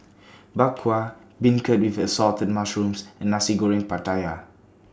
Bak Kwa Beancurd with Assorted Mushrooms and Nasi Goreng Pattaya